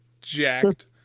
jacked